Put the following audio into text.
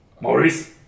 Maurice